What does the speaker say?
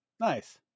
Nice